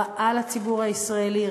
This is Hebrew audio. רעה לציבור הישראלי,